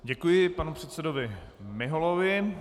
Děkuji panu předsedovi Miholovi.